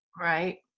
Right